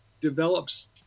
develops